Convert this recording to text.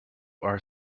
are